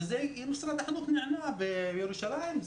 ומשרד החינוך בירושלים נענה,